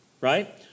right